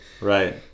Right